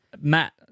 Matt